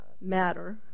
Matter